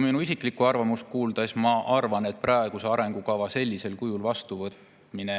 minu isiklikku arvamust kuulda, siis ma arvan, et praeguse arengukava sellisel kujul vastuvõtmine